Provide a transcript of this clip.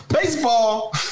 Baseball